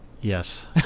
Yes